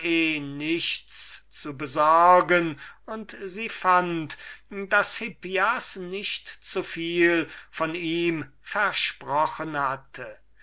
nichts zu besorgen und sie fand daß hippias nicht zuviel von ihm versprochen hatte